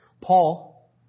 Paul